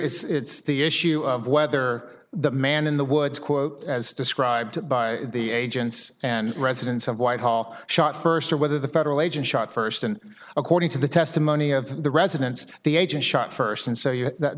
here it's the issue of whether the man in the woods quote as described by the agents and residents of whitehall shot first or whether the federal agent shot first and according to the testimony of the residents the agent shot first and s